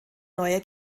neue